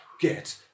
get